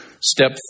step